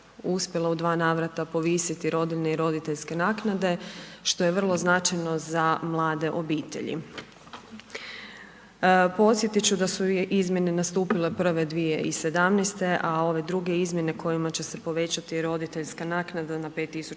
uspjela u dva navrata povisiti rodiljne i roditeljske naknade, što je vrlo značajno za mlade obitelji. Podsjetit će da su i izmjene nastupile prve 2017., a ove druge izmjene kojima će se povećati roditeljska naknada na 5600